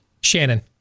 Shannon